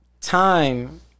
time